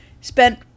spent